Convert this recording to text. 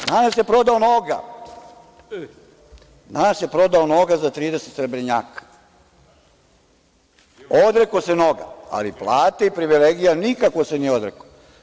Danas je prodao Noga, za 30 srebrenjaka, odrekao se Noga, ali plate i privilegija nikako se nije odrekao.